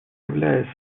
являюсь